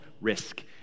risk